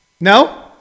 No